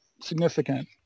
significant